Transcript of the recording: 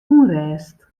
ûnrêst